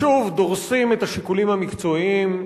שוב דורסים את השיקולים המקצועיים,